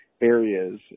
areas